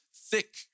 thick